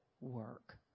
work